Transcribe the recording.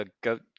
go